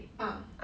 ah